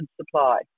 supply